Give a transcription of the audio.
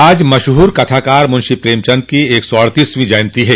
आज मशहूर कथाकार मुंशी प्रेमचन्द की एक सौ अड़तीसवों जयन्ती है